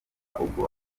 ubwo